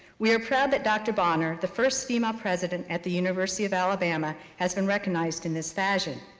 we are proud that dr. bonner, the first female president at the university of alabama, has been recognized in this fashion.